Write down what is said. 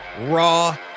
raw